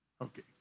Okay